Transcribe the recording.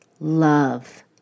love